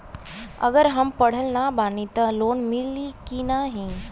अगर हम पढ़ल ना बानी त लोन मिली कि ना?